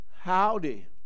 Howdy